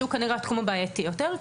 שהוא כנראה התחום הבעייתי יותר,